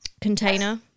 container